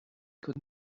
could